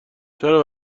چرا